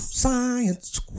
Science